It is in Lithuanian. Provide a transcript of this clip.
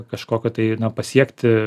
kažkokio tai na pasiekti